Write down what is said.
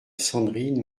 sandrine